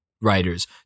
writers